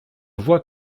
vois